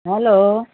hello